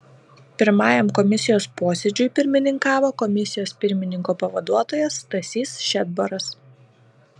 pirmajam komisijos posėdžiui pirmininkavo komisijos pirmininko pavaduotojas stasys šedbaras